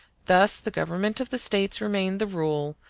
thus the government of the states remained the rule,